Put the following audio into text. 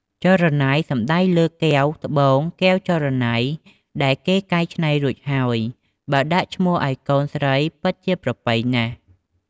ចរណៃ សំដៅលើ កែវ ត្បូង កែវចរណៃ ដែលគេកែច្នៃរួចហើយ បើដាក់ឈ្មោះឱ្យកូនស្រីពិតជាប្រពៃណាស់ ។